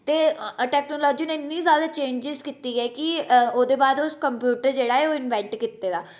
ते टेक्नोलाजी ने इन्नी ज्जादा चेंजेस कीती ऐ कि ओह्दे बाद कम्प्यूटर जेह्ड़ा ऐ ओह् इनवैंट कीते दा